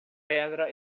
pedra